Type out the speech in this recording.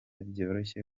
byoroshye